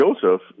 Joseph